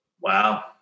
Wow